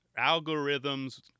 algorithms